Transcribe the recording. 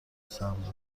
سبز